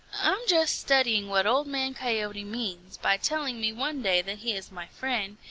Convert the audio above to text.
i'm just studying what old man coyote means by telling me one day that he is my friend,